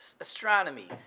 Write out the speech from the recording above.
astronomy